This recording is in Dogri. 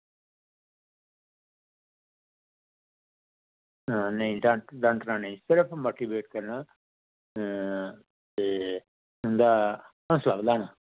नेईं डांट डांटना नेईं सिर्फ मोटिवेट करना ते इं'दा हौंसला बधाना